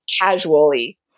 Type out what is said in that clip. Casually